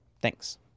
Thanks